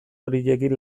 horiekin